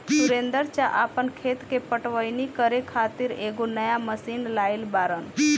सुरेंदर चा आपन खेत के पटवनी करे खातिर एगो नया मशीन लाइल बाड़न